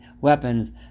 weapons